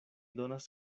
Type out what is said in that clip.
donas